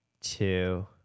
two